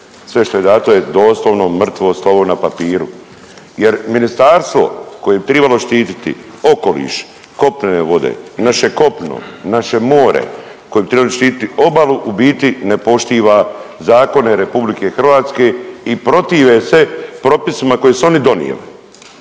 Sve što je dato je doslovno mrtvo slovo na papiru, jer ministarstvo koje bi tribalo štititi okoliš, kopnene vode, naše kopno, naše more, koje bi trebali štiti obalu u biti ne poštiva zakone Republike Hrvatske i protive se propisima koje su oni donijeli.